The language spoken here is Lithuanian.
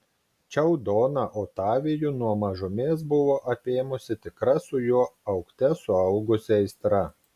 čiau doną otavijų nuo mažumės buvo apėmusi tikra su juo augte suaugusi aistra